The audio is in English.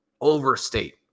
overstate